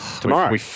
tomorrow